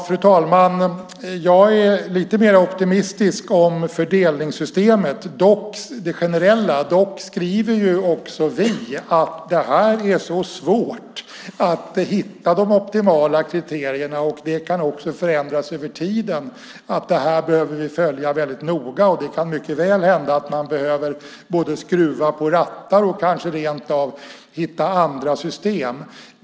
Fru talman! Jag är lite mer optimistisk om det generella fördelningssystemet. Dock skriver också vi att det är svårt att hitta de optimala kriterierna och att det också kan förändras över tiden. Därför behöver vi följa detta väldigt noga, och det kan mycket väl hända att man behöver både skruva på rattar och kanske rent av hitta andra system.